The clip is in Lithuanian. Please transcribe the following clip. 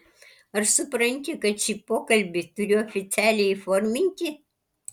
ar supranti kad šį pokalbį turiu oficialiai įforminti